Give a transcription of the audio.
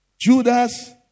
Judas